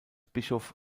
bischof